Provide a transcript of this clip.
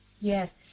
Yes